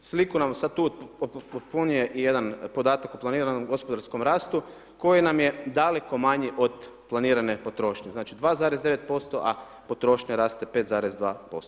Sliku nam sad tu upotpunjuje i jedan podatak o planiranom gospodarskom rastu koji nam je daleko manji od planirane potrošnje, znači 2,9% a potrošnja raste 5,2%